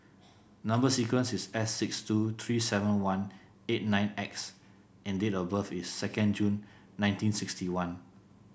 number sequence is S six two three seven one eight nine X and date of birth is sedond June nineteen sixty one